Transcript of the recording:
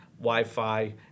wi-fi